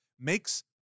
makes